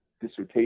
dissertation